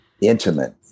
intimate